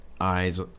eyes